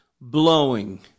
blowing